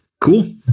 Cool